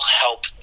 help